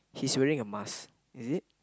he's wearing a mask is it